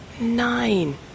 nine